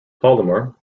polymer